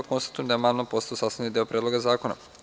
Konstatujem da je amandman postao sastavni deo Predloga zakona.